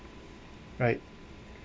right